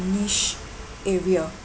niche area